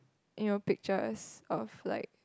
you know pictures of like